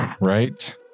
right